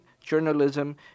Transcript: journalism